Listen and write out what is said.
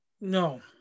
no